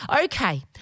okay